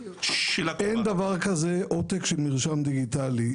אין דבר כזה עותק של מרשם דיגיטלי.